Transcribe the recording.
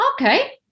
okay